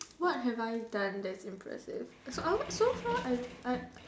what have I done that is impressive I also so far I I